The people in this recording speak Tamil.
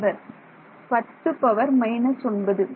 மாணவர் 10 பவர் மைனஸ் 9